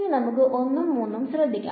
ഇനി നമുക്ക് 1 ഉം 3 ഉം ശ്രദ്ധിക്കാം